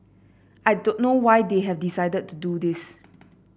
I don't know why they have decided to do this